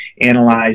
analyze